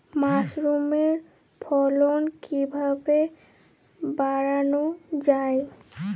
মাসরুমের ফলন কিভাবে বাড়ানো যায়?